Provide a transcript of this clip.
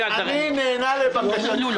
אני נענה לבקשתך.